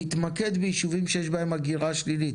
להתמקד בישובים שיש בהם הגירה שלילית.